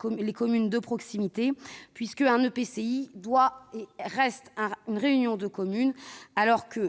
communes de proximité. En effet, alors qu'un EPCI est, et reste, une réunion de communes,